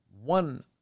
One